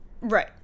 right